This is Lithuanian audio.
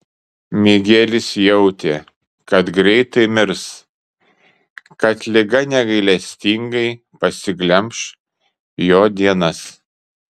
migelis jautė kad greitai mirs kad liga negailestingai pasiglemš jo dienas